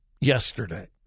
yesterday